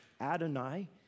Adonai